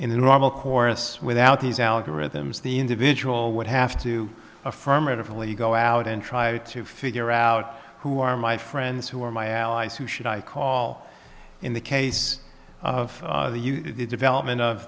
in a normal chorus without these algorithms the individual would have to affirmatively go out and try to figure out who are my friends who are my allies who should i call in the case of the development of